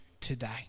today